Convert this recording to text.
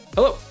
Hello